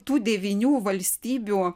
tų devynių valstybių